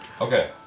okay